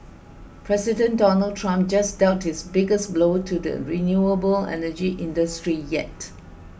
President Donald Trump just dealt his biggest blow to the renewable energy industry yet